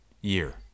year